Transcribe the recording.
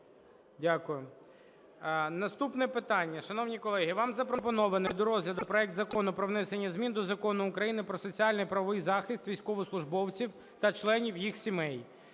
Дякую. Наступне питання, шановні колеги. Вам запропонований до розгляду проект Закону про внесення змін до Закону України "Про соціальний і правовий захист військовослужбовців та членів їх сімей"